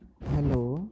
hello